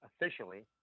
officially